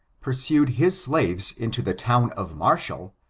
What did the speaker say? pursued his slaves into the town of marshall,